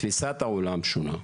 תפיסת העולם שונה.